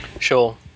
Sure